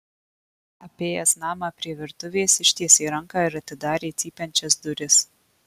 apėjęs namą prie virtuvės ištiesė ranką ir atidarė cypiančias duris